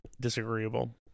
disagreeable